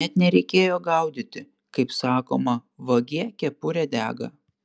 net nereikėjo gaudyti kaip sakoma vagie kepurė dega